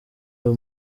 uyu